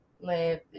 live